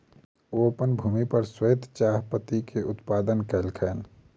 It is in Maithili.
ओ अपन भूमि पर श्वेत चाह पत्ती के उत्पादन कयलैन